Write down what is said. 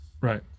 right